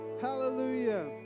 Hallelujah